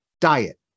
diet